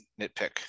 nitpick